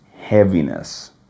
heaviness